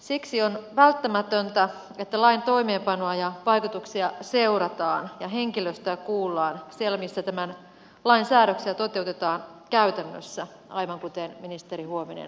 siksi on välttämätöntä että lain toimeenpanoa ja vaikutuksia seurataan ja henkilöstöä kuullaan siellä missä tämän lain säädöksiä toteutetaan käytännössä aivan kuten ministeri huovinen lupasi